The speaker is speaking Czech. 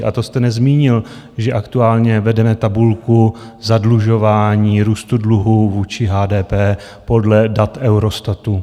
A to jste nezmínil, že aktuálně vedeme tabulku zadlužování, růstu dluhu vůči HDP podle dat Eurostatu.